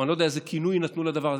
או אני לא יודע איזה כינוי נתנו לדבר הזה.